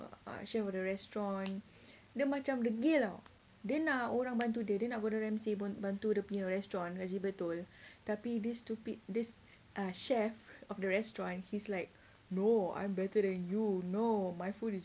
ah chef of the restaurant then dia macam dia degil dia nak orang bantu dia dia nak gordon ramsay pun bantu dia punya restaurant kasi betul this stupid this chef of the restaurant he's like no I'm better than you no my food is